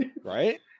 Right